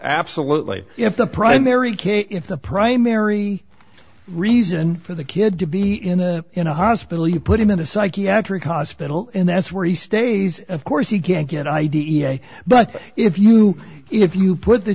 absolutely if the primary care if the primary reason for the kid to be in a in a hospital you put him in a psychiatric hospital and that's where he stays of course he can't get i d e a but if you if you put the